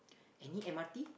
any m_r_t